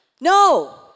No